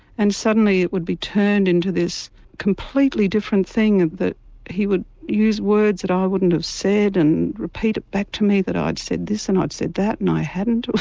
and suddenly it would be turned into this completely different thing that he would use words that i wouldn't have said, and repeat it back to me that i'd said this and i'd said that, and i hadn't.